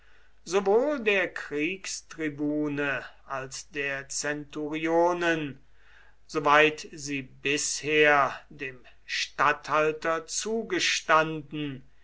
sowohl der kriegstribune als der centurionen soweit sie bisher dem statthalter zugestanden